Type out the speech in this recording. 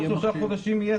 זה שבתוך שלושה חודשים יהיה,